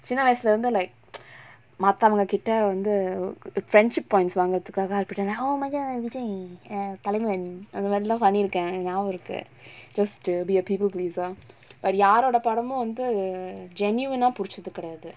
சின்ன வயசுல இருந்து:chinna vayasula irunthu like மத்தவங்க கிட்ட வந்து:mathavanga kitta vanthu friendship points வாங்குறதுக்காக:vaangurathukaaga I will be done ah oh மச்சா:machaa vijay தலைவன் அந்தமாரிலா பண்ணிருக்க எனக்கு ஞாபகம் இருக்கு:thalaivan anthamaarilaa pannirukka enakku nyabagam irukku just to be a people pleaser but யாரோட படமும் வந்து:yaaroda padamum vanthu genuine ah புடிச்சது கெடயாது:pudichathu kedayaathu